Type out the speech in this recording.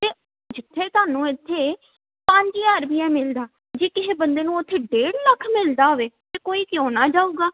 ਅਤੇ ਜਿੱਥੇ ਤੁਹਾਨੂੰ ਇੱਥੇ ਪੰਜ ਹਜ਼ਾਰ ਰੁਪਿਆ ਮਿਲਦਾ ਜੇ ਕਿਸੇ ਬੰਦੇ ਨੂੰ ਉੱਥੇ ਡੇਢ ਲੱਖ ਮਿਲਦਾ ਹੋਵੇ ਤਾਂ ਕੋਈ ਕਿਉਂ ਨਾ ਜਾਊਗਾ